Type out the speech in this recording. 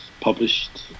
published